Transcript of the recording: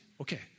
Okay